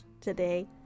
today